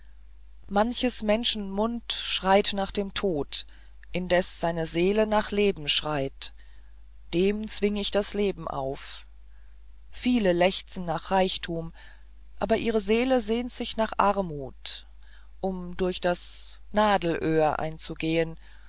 manches menschen mund schreit nach dem tod indes seine seele nach leben schreit dem zwing ich das leben auf viele lechzen nach reichtum aber ihre seele sehnt sich nach armut um durch das nadelöhr einzugehen